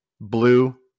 blue